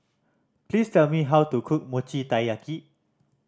please tell me how to cook Mochi Taiyaki